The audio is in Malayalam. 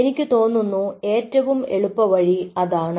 എനിക്ക് തോന്നുന്നു ഏറ്റവും എളുപ്പവഴി അതാണ്